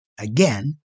Again